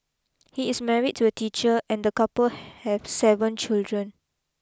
he is married to a teacher and the couple have seven children